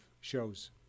shows